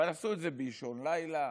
אבל עשו את זה באישון לילה